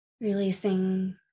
Releasing